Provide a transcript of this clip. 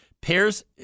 pairs